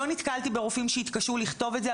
לא נתקלתי ברופאים שהתקשו לכתוב זאת.